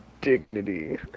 Dignity